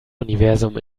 universum